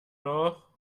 noch